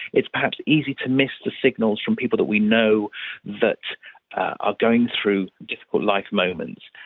it's perhaps easy to miss the signals from people that we know that are going through difficult life moments.